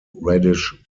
reddish